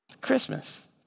Christmas